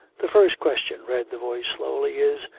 the first question, read the voice slowly, is.